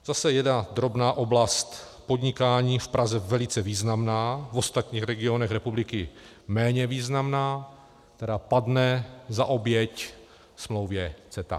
Zase jedna drobná oblast podnikání, v Praze velice významná, v ostatních regionech republiky méně významná, která padne za oběť smlouvě CETA.